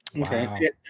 Okay